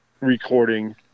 recording